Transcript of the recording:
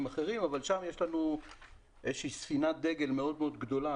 אחרים אבל שם יש לנו איזושהי ספינת דגל מאוד מאוד גדולה,